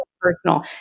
personal